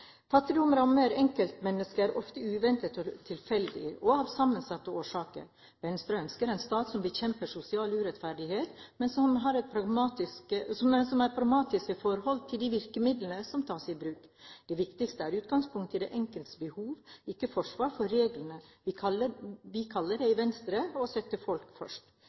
rammer enkeltmennesker – ofte uventet og tilfeldig og av sammensatte årsaker. Venstre ønsker en stat som bekjemper sosial urettferdighet, men som er pragmatisk når det gjelder de virkemidlene som tas i bruk. Det viktigste er utgangspunkt i den enkeltes behov, ikke forsvar for reglene. Vi i Venstre kaller det å sette folk først.